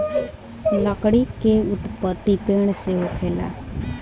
लकड़ी के उत्पति पेड़ से होखेला